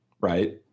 right